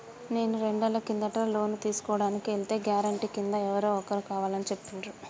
నేను రెండేళ్ల కిందట లోను తీసుకోడానికి ఎల్తే గారెంటీ కింద ఎవరో ఒకరు కావాలని చెప్పిండ్రు